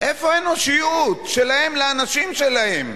איפה האנושיות שלהם לאנשים שלהם?